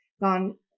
gone